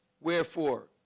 Wherefore